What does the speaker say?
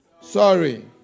sorry